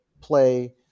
play